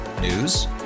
News